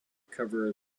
cover